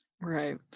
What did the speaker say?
Right